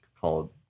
called